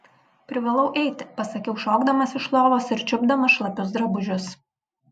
privalau eiti pasakiau šokdamas iš lovos ir čiupdamas šlapius drabužius